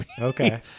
Okay